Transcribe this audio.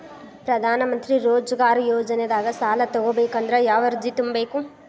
ಪ್ರಧಾನಮಂತ್ರಿ ರೋಜಗಾರ್ ಯೋಜನೆದಾಗ ಸಾಲ ತೊಗೋಬೇಕಂದ್ರ ಯಾವ ಅರ್ಜಿ ತುಂಬೇಕು?